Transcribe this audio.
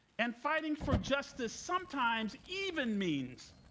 and fighting for justice sometimes even means